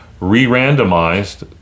re-randomized